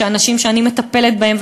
שאנשים שאני מטפלת בהם,